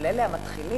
אבל אלה המתחילים,